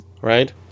right